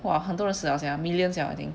!wah! 很多人死了 sia millions 了 I think